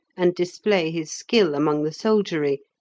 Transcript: and display his skill among the soldiery,